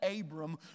Abram